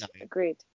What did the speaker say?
agreed